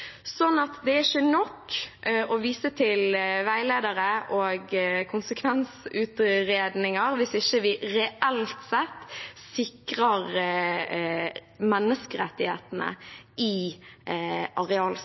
Sånn at det er ikke nok å vise til veiledere og konsekvensutredninger hvis ikke vi reelt sett sikrer menneskerettighetene